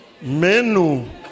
menu